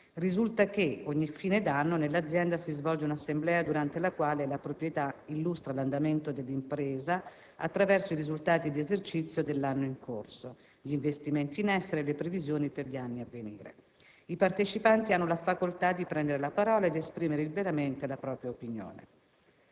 Risulta che, ogni fine d'anno, nell'azienda si svolge un'assemblea durante la quale la proprietà illustra l'andamento dell'impresa attraverso i risultati di esercizio dell'anno in corso, gli investimenti in essere e le previsioni per gli anni a venire. I partecipanti hanno la facoltà di prendere la parola ed esprimere liberamente la propria opinione.